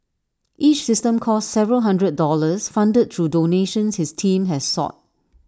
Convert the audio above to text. each system costs several hundred dollars funded through donations his team has sought